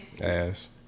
Ass